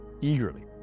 eagerly